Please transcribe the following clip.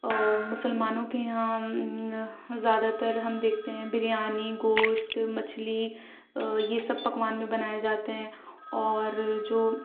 مسلمانوں کے یہاں زیادہ تر ہم دیکھتے ہیں بریانی گوشت مچھلی یہ سب پکوان میں بنائے جاتے ہیں اور جو